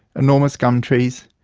enormous gum trees,